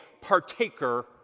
partaker